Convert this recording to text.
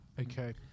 Okay